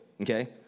Okay